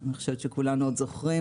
אני חושבת שכולנו עוד זוכרים,